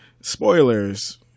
spoilers